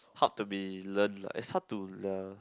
hard to be learn lah it's hard to learn